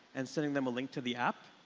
and sending them a link to the app.